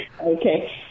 okay